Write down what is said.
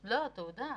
לא התפנינו